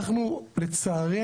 לצערי,